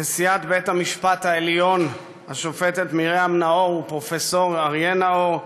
נשיאת בית המשפט העליון השופטת מרים נאור ופרופ' אריה נאור,